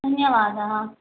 धन्यवादाः